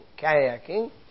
kayaking